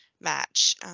match